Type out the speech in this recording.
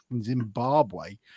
Zimbabwe